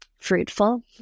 fruitful